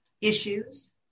issues